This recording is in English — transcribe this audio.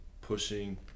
pushing